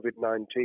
COVID-19